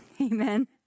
Amen